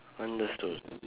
understood